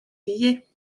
billets